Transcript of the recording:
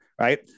Right